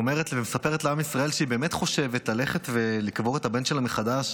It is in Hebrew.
ומספרת לעם ישראל שהיא באמת חושבת ללכת ולקבור את הבן שלה מחדש,